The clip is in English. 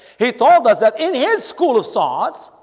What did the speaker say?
he told us that in his school of sorts